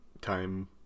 time